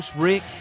Rick